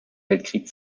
weltkrieg